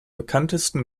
bekanntesten